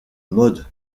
mode